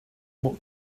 what